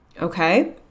Okay